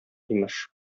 имеш